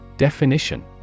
Definition